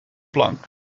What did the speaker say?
plank